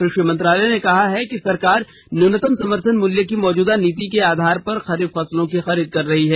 कृषि मंत्रालय ने कहा है कि सरकार न्यूनतम समर्थन मूल्य की मौजूदा नीति के आधार पर खरीफ फसलों की खरीद कर रही है